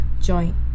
joint